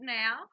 now